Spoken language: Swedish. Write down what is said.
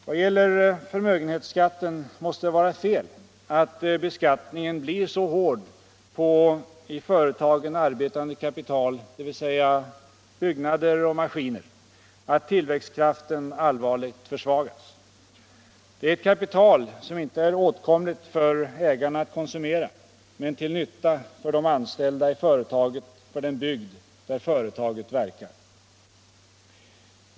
När det gäller förmögenhetsskatten vill jag säga att det måste vara fel att beskattningen blir så hård på i företaget arbetande kapital, dvs. byggnader och maskiner, att tillväxtkraften allvarligt försvagas. Det är ett kapital som inte är åtkomligt för ägarna att konsumera men till nytta för de anställda i företaget och för den bygd där företaget verkar.